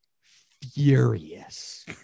furious